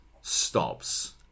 stops